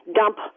dump